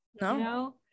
No